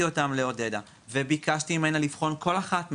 אותן לעודדה וביקשתי ממנה לבחון על אחת מהן,